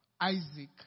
Isaac